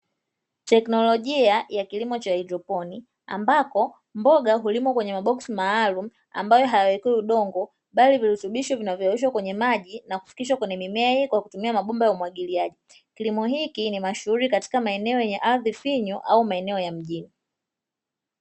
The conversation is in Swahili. Teknolojia ya kilimo ambako mboga hulimo kwenye maboksi maalumu ambayo hayawei huyu dongo bali virutubisho vinavyoonyeshwa kwenye maji na kufikishwa kwenye mimea hii kwa kutumia mabumba ya umwagiliaji kilimo hiki ni mashuhuri katika maeneo yenye ardhi finyu au maeneo ya mji.